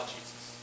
Jesus